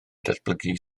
datblygu